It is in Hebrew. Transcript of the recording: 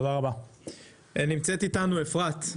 בבקשה, אפרת,